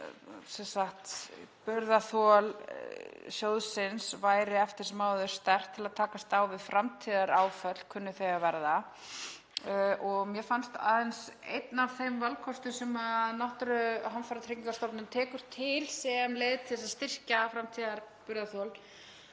að burðarþol sjóðsins væri eftir sem áður sterkt til að takast á við framtíðaráföll, kunni þau að verða. Mér fannst aðeins einn af þeim valkostum sem Náttúruhamfaratrygging Íslands tekur til sem leið til að styrkja framtíðarburðarþol